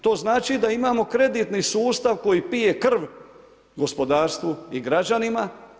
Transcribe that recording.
To znači da imamo kreditni sustav koji pije krv gospodarstvu i građanima.